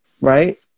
right